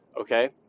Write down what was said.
okay